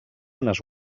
unes